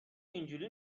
اینجوری